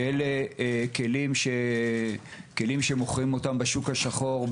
אלה כלים שנמכרים אחר כך בשוק השחור,